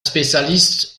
spécialiste